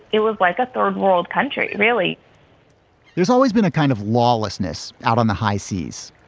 it was like a third world country, really there's always been a kind of lawlessness out on the high seas.